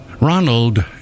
Ronald